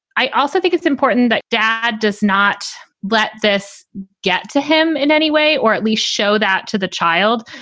i also think it's important that dad does not let this get to him in any way or at least show that to the child,